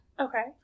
Okay